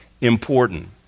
important